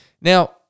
Now